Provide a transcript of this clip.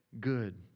good